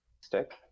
stick